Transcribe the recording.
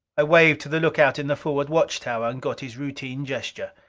i waved to the lookout in the forward watch tower, and got his routine gesture.